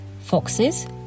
Foxes